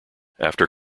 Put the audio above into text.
after